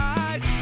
eyes